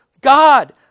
God